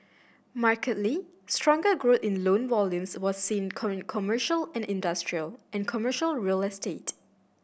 markedly stronger growth in loan volumes was seen commercial and industrial and commercial real estate